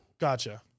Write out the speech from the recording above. Gotcha